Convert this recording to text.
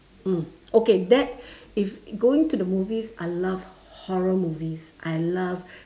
mm okay that if going to the movies I love horror movies I love